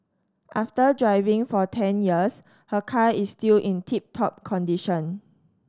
after driving for ten years her car is still in tip top condition